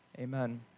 Amen